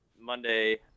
Monday